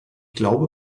glaube